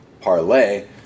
Parlay